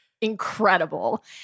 incredible